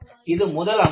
இது முதல் அம்சம்